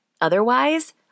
Otherwise